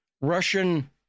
Russian